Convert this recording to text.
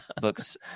books